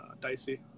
dicey